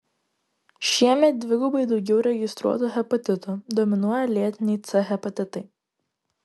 šiemet dvigubai daugiau registruotų hepatitų dominuoja lėtiniai c hepatitai